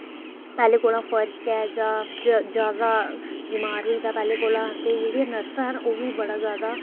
पैह्लें कोला फर्क ऐ जां जादा बमार होई दा पैह्लें कोला ते जेह्ड़ियां नर्सां न ओह्बी बड़ा जादा